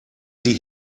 sie